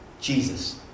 Jesus